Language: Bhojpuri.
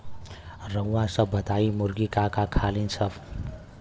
रउआ सभ बताई मुर्गी का का खालीन सब?